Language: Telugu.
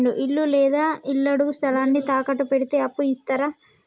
ఇల్లు లేదా ఇళ్లడుగు స్థలాన్ని తాకట్టు పెడితే అప్పు ఇత్తరా?